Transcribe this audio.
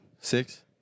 Six